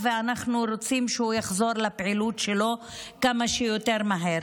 ואנחנו רוצים שהוא יחזור לפעילות שלו כמה שיותר מהר.